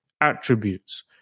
attributes